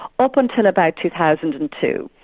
up until about two thousand and two.